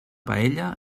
paella